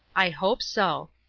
i hope so.